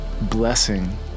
blessing